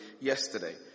yesterday